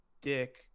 dick